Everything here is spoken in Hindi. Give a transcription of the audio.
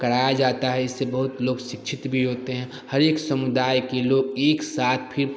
कराया जाता है इससे बहुत लोग शिक्षित भी होते हैं हर एक समुदाय के लोग एक साथ फिर